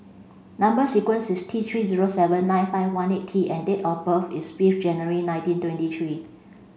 number sequence is T three zero seven nine five one eight T and date of birth is fifth January nineteen twenty three